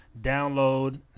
download